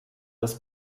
des